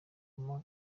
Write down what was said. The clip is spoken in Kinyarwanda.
obama